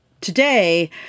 today